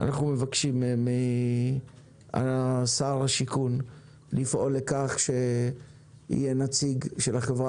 אנחנו מבקשים משר הבינוי והשיכון לפעול לכך שיהיה נציג של החברה